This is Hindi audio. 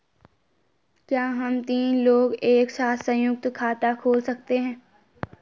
क्या हम तीन लोग एक साथ सयुंक्त खाता खोल सकते हैं?